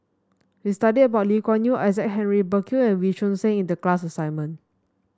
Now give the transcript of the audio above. we studied about Lee Kuan Yew Isaac Henry Burkill and Wee Choon Seng in the class assignment